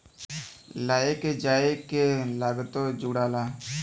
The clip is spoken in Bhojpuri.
लाए ले जाए के लागतो जुड़ाला